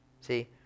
See